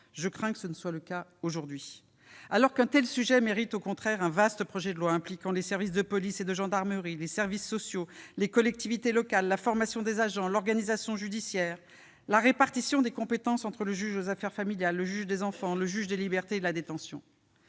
Je crains que cela ne soit encore le cas aujourd'hui, alors qu'un tel sujet mérite, au contraire, un vaste projet de loi, impliquant les services de police et de gendarmerie, les services sociaux, les collectivités locales, la formation des agents et l'organisation judiciaire, en particulier la répartition des compétences entre le juge aux affaires familiales, le juge des enfants et le juge des libertés et de la détention.